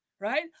right